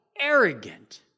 arrogant